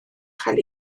cael